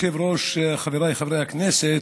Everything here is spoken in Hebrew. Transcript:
מכובדי היושב-ראש, חבריי חברי הכנסת,